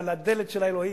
על הדלת של האלוהים,